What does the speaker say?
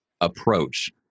approach